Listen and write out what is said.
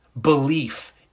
Belief